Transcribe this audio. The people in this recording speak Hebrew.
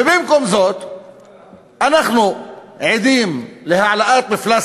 ובמקום זאת אנחנו עדים להעלאת מפלס